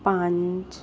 ਪੰਜ